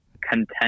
content